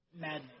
madness